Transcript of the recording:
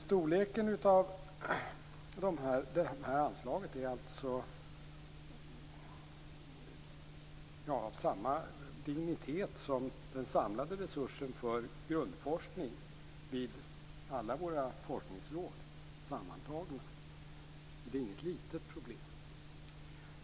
Storleken av detta anslag är av samma dignitet som den samlade resursen för grundforskning vid alla våra forskningsråd sammantagna. Det är alltså inget litet problem.